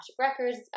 Records